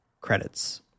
credits